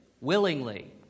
willingly